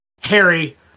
Harry